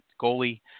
goalie